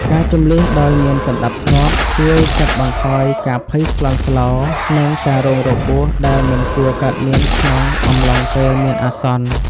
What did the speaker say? ការជម្លៀសដោយមានសណ្តាប់ធ្នាប់ជួយកាត់បន្ថយការភ័យស្លន់ស្លោ និងការរងរបួសដែលមិនគួរកើតមានក្នុងអំឡុងពេលមានអាសន្ន។